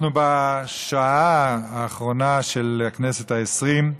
אנחנו בשעה האחרונה של הכנסת העשרים,